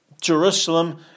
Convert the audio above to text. Jerusalem